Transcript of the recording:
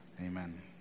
amen